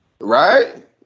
Right